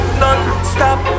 non-stop